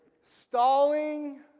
Stalling